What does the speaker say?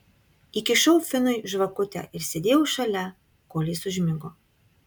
įkišau finui žvakutę ir sėdėjau šalia kol jis užmigo